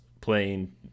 playing